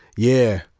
yeah.